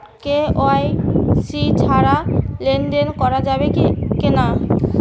KYC ছাড়া লেনদেন করা যাবে কিনা?